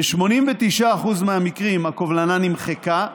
ב-89% מהמקרים הקובלנה נמחקה,